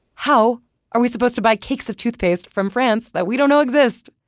how are we supposed to buy cakes of toothpaste from france that we don't know exist?